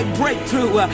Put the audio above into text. breakthrough